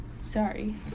sorry